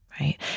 Right